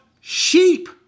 sheep